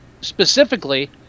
specifically